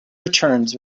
returns